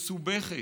מסובכת,